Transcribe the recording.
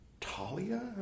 Talia